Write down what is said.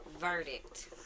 verdict